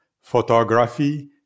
photography